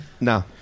No